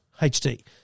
HD